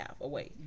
away